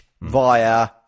via